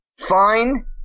Fine